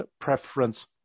preference